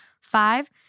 Five